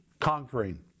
conquering